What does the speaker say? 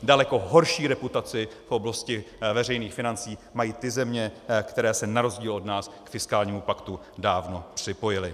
Daleko horší reputaci v oblasti veřejných financí mají ty země, které se na rozdíl od nás k fiskálnímu paktu dávno připojily.